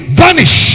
vanish